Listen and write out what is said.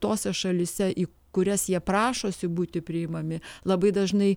tose šalyse į kurias jie prašosi būti priimami labai dažnai